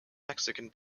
mexican